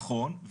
נכון,